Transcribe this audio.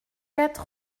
huit